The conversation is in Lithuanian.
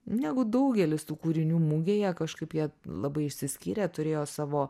negu daugelis tų kūrinių mugėje kažkaip jie labai išsiskyrė turėjo savo